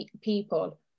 people